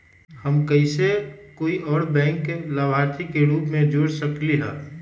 हम कैसे कोई और के बैंक लाभार्थी के रूप में जोर सकली ह?